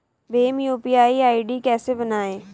Bhim UPI ID कैसे बनाएं?